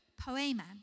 poema